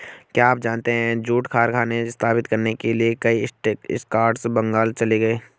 क्या आप जानते है जूट कारखाने स्थापित करने के लिए कई स्कॉट्स बंगाल चले गए?